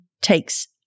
takes